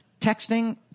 texting